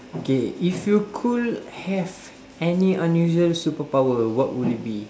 K if you could have any unusual superpower what would it be